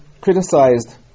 criticized